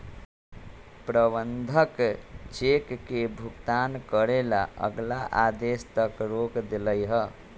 प्रबंधक चेक के भुगतान करे ला अगला आदेश तक रोक देलई ह